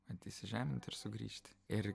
vat įžemint ir sugrįžti ir